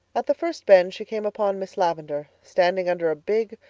at the first bend she came upon miss lavendar, standing under a big,